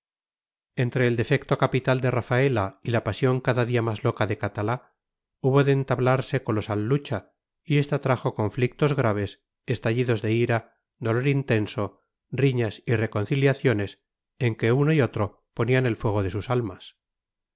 entre el defecto capital de rafaela y la pasión cada día más loca de catalá hubo de entablarse colosal lucha y esta trajo conflictos graves estallidos de ira dolor intenso riñas y reconciliaciones en que uno y otro ponían el fuego de sus almas